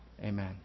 amen